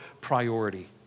priority